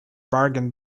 bargain